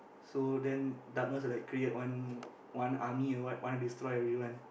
so then darkness will like create one one army want like destroy everyone